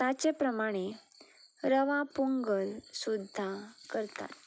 ताचे प्रमाणे रवा पोंगल सुद्दां करतात